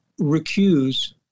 recuse